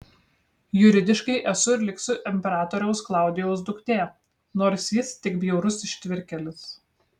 juridiškai esu ir liksiu imperatoriaus klaudijaus duktė nors jis tik bjaurus ištvirkėlis